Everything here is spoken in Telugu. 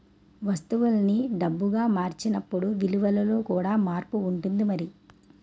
వస్తువుల్ని డబ్బుగా మార్చినప్పుడు విలువలో కూడా మార్పు ఉంటుంది మరి